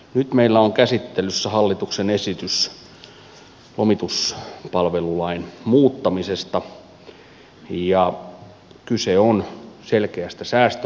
nyt meillä on käsittelyssä hallituksen esitys lomituspalvelulain muuttamisesta ja kyse on selkeästä säästölaista